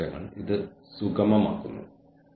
മാറ്റത്തെ പ്രതിരോധിക്കുന്ന ചിലരുണ്ട്